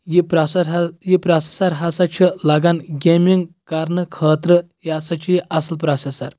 یہِ پروسیسر ہر یہِ پروسیسر ہسا چھُ لَگان گیمِنٛگ کرنہٕ خٲطرٕ یہِ ہسا چھُ اَصٕل پروسیسر